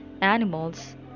animals